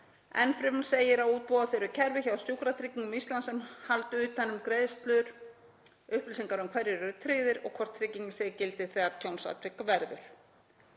Enn fremur segir að útbúa þurfi kerfi hjá Sjúkratryggingum Íslands sem haldi utan um greiðslur, upplýsingar um hverjir séu tryggðir og hvort tryggingar séu í gildi þegar tjónsatvik verður.